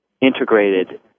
integrated